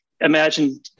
Imagine